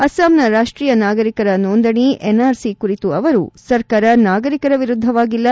ಅಸ್ತಾಂನ ರಾಷ್ಷೀಯ ನಾಗರಿಕರ ನೋಂದಣಿ ಎನ್ಆರ್ಸಿ ಕುರಿತು ಅವರು ಸರ್ಕಾರ ನಾಗರಿಕರ ವಿರುದ್ದವಾಗಿಲ್ಲ